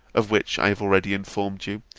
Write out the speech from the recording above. of which i have already informed you,